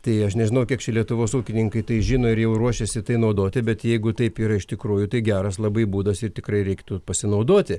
tai aš nežinau kiek čia lietuvos ūkininkai tai žino ir jau ruošėsi tai naudoti bet jeigu taip yra iš tikrųjų tai geras labai būdas ir tikrai reiktų pasinaudoti